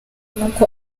kuko